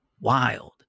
wild